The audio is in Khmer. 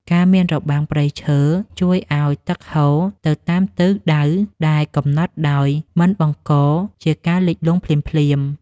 ការមានរបាំងព្រៃឈើជួយឱ្យទឹកហូរទៅតាមទិសដៅដែលកំណត់ដោយមិនបង្កជាការលិចលង់ភ្លាមៗ។